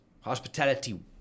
hospitality